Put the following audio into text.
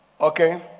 Okay